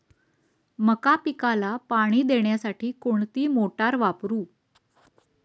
मका पिकाला पाणी देण्यासाठी कोणती मोटार वापरू?